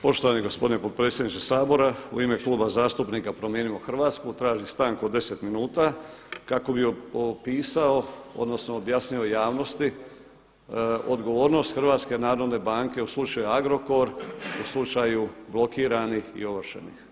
Poštovani gospodine potpredsjedniče Sabora u ime Kluba zastupnika Promijenimo Hrvatsku tražim stanku od 10 minuta kako bih opisao, odnosno objasnio javnosti odgovornost HNB u slučaju Agrokor, u slučaju blokiranih i ovršenih.